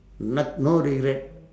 not~ no regret